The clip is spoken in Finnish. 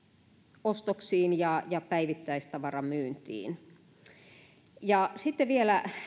ruokaostoksiin ja ja päivittäistavaramyyntiin sitten vielä